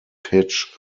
pitch